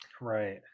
right